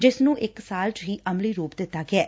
ਜਿਸ ਨੂੰ ਇਕ ਸਾਲ ਚ ਹੀ ਅਮਲੀ ਰੁਪ ਦਿਤਾ ਗਿਐ